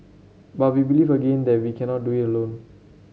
but we believe again that we cannot do it alone